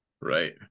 Right